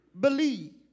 Believe